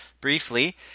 briefly